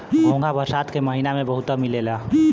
घोंघा बरसात के महिना में बहुते मिलला